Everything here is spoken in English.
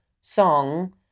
song